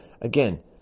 again